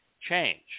change